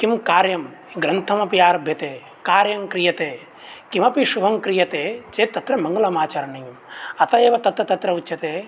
किं कार्यं ग्रन्थमपि आरभ्यते कार्यं क्रियते किमपि शुभं क्रियते चेत् तत्र मङ्गलम् आचरणीयम् अतः एव तत्र तत्र उच्यते